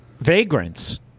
vagrants